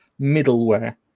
middleware